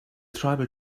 tribal